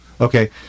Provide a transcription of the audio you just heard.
Okay